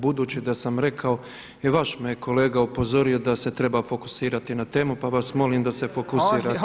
Budući da sam rekao, i vaš me je kolega upozorio da se treba fokusirati na temu pa vas molim da se fokusirate.